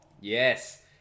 Yes